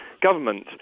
government